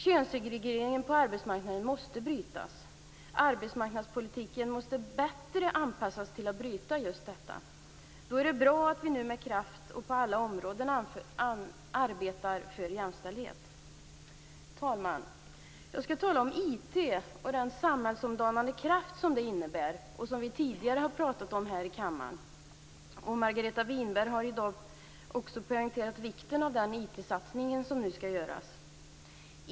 Könssegregeringen på arbetsmarknaden måste brytas. Arbetsmarknadspolitiken måste bättre anpassas till just detta. Då är det bra att vi nu med kraft på alla områden arbetar för jämställdhet. Herr talman! Jag skall tala om IT och den samhällsomdanande kraft som IT innebär. Vi har pratat om det tidigare här i kammaren. Margareta Winberg har i dag också poängterat vikten av den IT-satsning som nu skall göras.